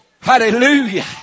Hallelujah